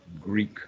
Greek